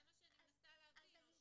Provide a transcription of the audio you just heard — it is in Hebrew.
זה מה שאני מנסה להבין.